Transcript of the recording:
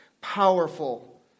powerful